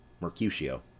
Mercutio